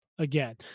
Again